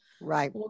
Right